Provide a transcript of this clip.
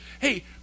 Hey